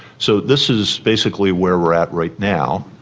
so this is basically where we are at right now.